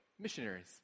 missionaries